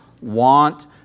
want